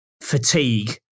fatigue